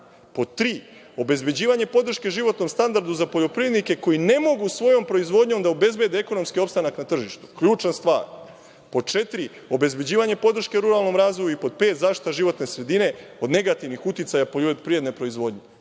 3) obezbeđivanje podrške životnom standardu za poljoprivrednike koji ne mogu svojom proizvodnjom da obezbede ekonomski opstanak na tržištu, ključna stvar, 4) obezbeđivanje podrške ruralnom razvoju i 5) zaštita životne sredine od negativnih uticaja poljoprivredne proizvodnje.